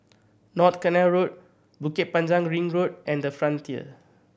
North Canal Road Bukit Panjang Ring Road and The Frontier